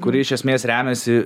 kuri iš esmės remiasi